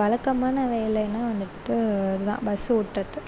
வழக்கமான வேலைன்னா வந்துவிட்டு இதுதான் பஸ் ஓட்டுறது